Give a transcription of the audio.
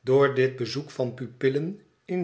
door dit bezoek van de pupillen